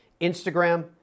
Instagram